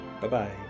Bye-bye